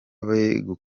ibihembo